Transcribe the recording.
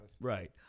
Right